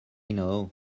know